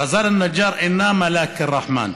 רזאן א-נג'אר אינה מלאך רחמן,